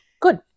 Good